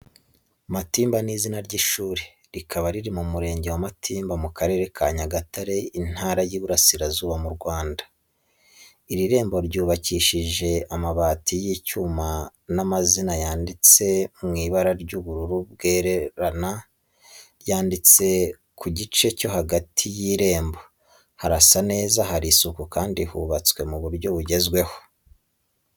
Matimba ni izina ry'ishuri, rikaba riri mu Murenge wa Matimba, mu Karere ka Nyagatare, Intara y’Iburasirazuba mu Rwanda. Iri rembo ryubakishije amabati y’icyuma n’amazina yanditse mu ibara ry’ubururu bwererana, ryanditse ku gice cyo hagati y’irembo. Harasa neza hari isuku kandi hubatswe mu buryo bugezweho.